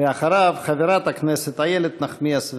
אחריו, חברת הכנסת איילת נחמיאס ורבין.